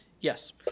Yes